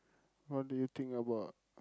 what do you think about